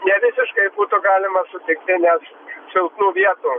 nevisiškai būtų galima sutikti nes silpnų vietų